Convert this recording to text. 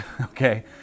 Okay